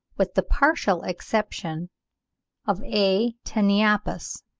with the partial exception of a. taeniopus,